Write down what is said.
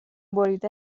بریده